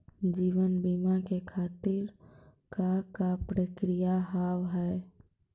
जीवन बीमा के खातिर का का प्रक्रिया हाव हाय?